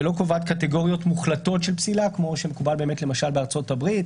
ולא קובעת קטגוריות מוחלטות של פסילה כמו שמקובל למשל בארצות הברית,